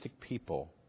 people